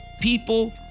people